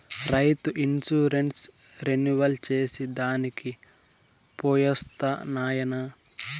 రైతు insurance renewal చేసి దానికి పోయొస్తా నాయనా